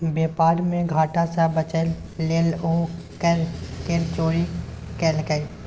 बेपार मे घाटा सँ बचय लेल ओ कर केर चोरी केलकै